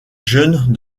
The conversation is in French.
jeunes